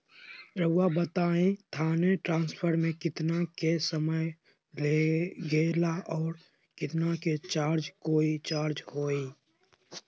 रहुआ बताएं थाने ट्रांसफर में कितना के समय लेगेला और कितना के चार्ज कोई चार्ज होई?